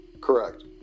Correct